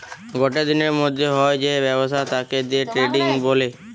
গটে দিনের মধ্যে হয় যে ব্যবসা তাকে দে ট্রেডিং বলে